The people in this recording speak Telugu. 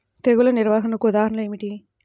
తెగులు నిర్వహణకు ఉదాహరణలు ఏమిటి?